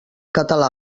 català